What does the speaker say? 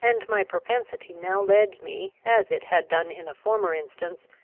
and my propensity now led me, as it had done in a former instance,